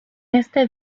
este